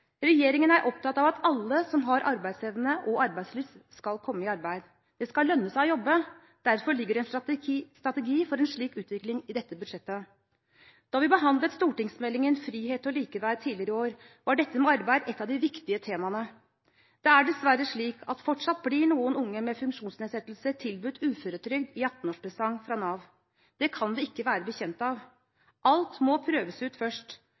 Regjeringen er opptatt av at alle som har arbeidsevne og arbeidslyst, skal komme i arbeid. Det skal lønne seg å jobbe. Derfor ligger det en strategi for en slik utvikling i dette budsjettet. Da vi behandlet stortingsmeldingen Frihet og likeverd tidligere i år, var dette med arbeid et av de viktige temaene. Det er dessverre slik at fortsatt blir noen unge med funksjonsnedsettelse tilbudt uføretrygd i 18-årspresang fra Nav. Det kan vi ikke være bekjent av. Alt må prøves ut først.